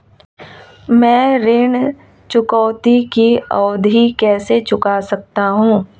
मैं ऋण चुकौती की अवधि कैसे बढ़ा सकता हूं?